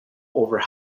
over